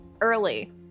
early